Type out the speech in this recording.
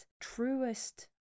truest